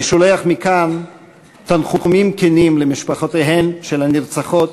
אני שולח מכאן תנחומים כנים למשפחותיהן של הנרצחות,